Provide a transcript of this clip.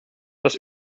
das